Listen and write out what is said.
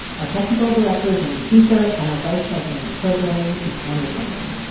our technical director is andy huether. and our vice president of programming is anya grundmann.